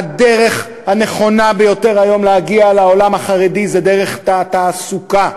הדרך הנכונה ביותר היום להגיע לעולם החרדי היא דרך התעסוקה.